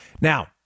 Now